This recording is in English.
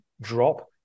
drop